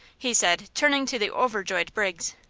he said, turning to the overjoyed briggs.